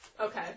Okay